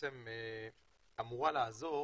אמורה לעזור